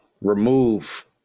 remove